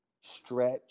stretch